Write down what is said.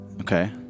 Okay